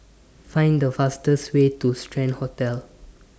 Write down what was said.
Find The fastest Way to Strand Hotel